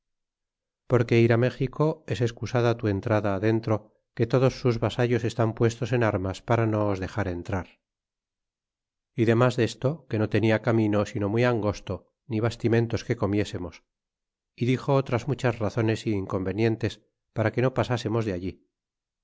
que ir á méxico es excusada tu entrada dentro que todos sus vasallos están puestos en armas para no os dexar entrar y demas desto que no tenia camino sino muy angosto ni bastimentos que comiésemos y dixo otras muchas razones y inconvenientes para que no pasásemos de allí